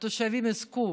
התושבים יזכו